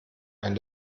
ein